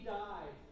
died